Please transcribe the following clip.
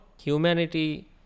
humanity